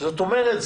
זאת אומרת,